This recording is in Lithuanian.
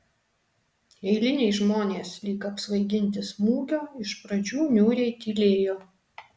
eiliniai žmonės lyg apsvaiginti smūgio iš pradžių niūriai tylėjo